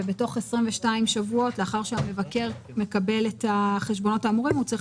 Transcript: ובתוך 22 שבועות לאחר שהמבקר מקבל את החשבונות האמורים הוא צריך